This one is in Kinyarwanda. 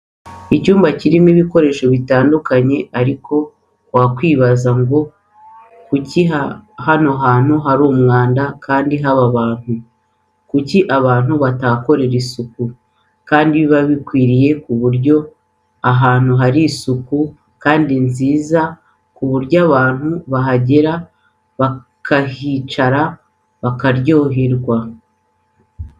Icyumba kirimo ibikoresho bitandukanye ariko wakwibanza ngo kuko hano hantu hari umwanda kandi haba abantu, kuki abantu batahakorera isuku, kandi biba bikwiye ku buryo ahantu hari isuku kandi nziza ku buryo abantu bahagera bakahicara bakaryoherwa.